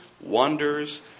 wonders